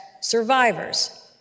survivors